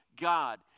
God